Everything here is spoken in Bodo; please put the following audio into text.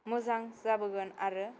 मोजां जाबोगोन आरो